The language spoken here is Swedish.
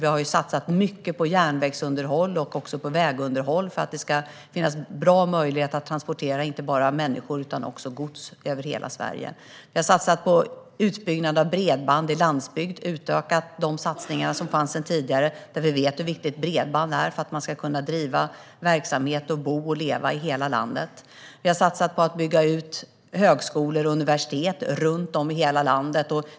Vi har satsat mycket järnvägsunderhåll och på vägunderhåll för att det ska finns goda möjligheter att transportera inte bara människor utan också gods över hela Sverige. Vi har satsat på utbyggnad av bredband i landsbygd och utökat de satsningar som fanns sedan tidigare. Vi vet hur viktigt bredband är för att man ska kunna driva verksamhet och bo och leva i hela landet. Vi har satsat på att bygga ut högskolor och universitet runt om i hela landet.